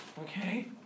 Okay